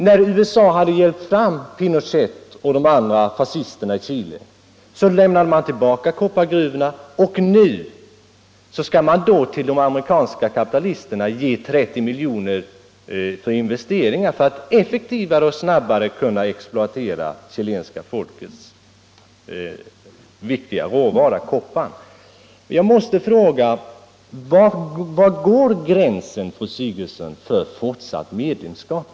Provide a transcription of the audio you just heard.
När USA hade hjälpt Pinochet och de andra fascisterna till makten, lämnade man tillbaka koppargruvorna, och nu skall alltså Världsbanken ge de amerikanska kapitalisterna 30 miljoner till investeringar för att mera effektivt och ännu snabbare kunna exploatera chilenska folkets viktiga råvara, kopparn. Jag måste fråga: Var går gränsen, fru Sigurdsen, för fortsatt medlemskap?